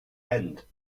end